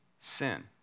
sin